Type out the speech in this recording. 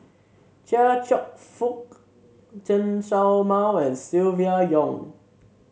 Chia Cheong Fook Chen Show Mao and Silvia Yong